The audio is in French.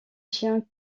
chien